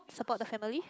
support the family